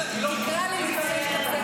תקרא לי לפני שאתה מסיים